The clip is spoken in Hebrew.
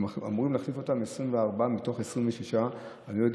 אמורים להחליף 24 מתוך 26. אני לא יודע